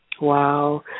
Wow